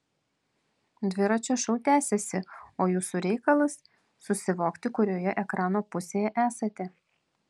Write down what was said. dviračio šou tęsiasi o jūsų reikalas susivokti kurioje ekrano pusėje esate